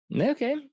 Okay